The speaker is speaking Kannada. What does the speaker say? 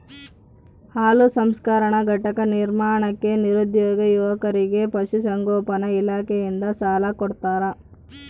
ಹಾಲು ಸಂಸ್ಕರಣಾ ಘಟಕ ನಿರ್ಮಾಣಕ್ಕೆ ನಿರುದ್ಯೋಗಿ ಯುವಕರಿಗೆ ಪಶುಸಂಗೋಪನಾ ಇಲಾಖೆಯಿಂದ ಸಾಲ ಕೊಡ್ತಾರ